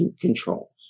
controls